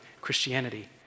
Christianity